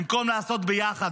במקום לעשות יחד,